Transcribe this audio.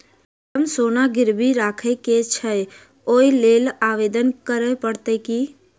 Madam सोना गिरबी राखि केँ छैय ओई लेल आवेदन करै परतै की?